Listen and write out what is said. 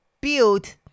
build